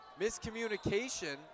Miscommunication